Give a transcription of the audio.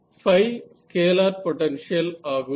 Φ scalar potential ஆகும்